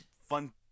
fun